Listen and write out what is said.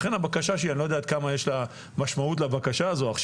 לכן הבקשה שלי היא אני לא יודעת עד כמה יש משמעות לבקשה הזו עכשיו,